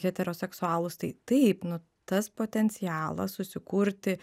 heteroseksualūs tai taip nu tas potencialas susikurti